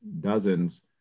dozens